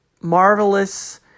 marvelous